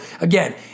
again